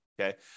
Okay